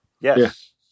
Yes